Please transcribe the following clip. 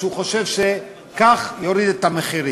שהוא חושב שכך הוא יוריד את המחירים.